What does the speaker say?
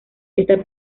esta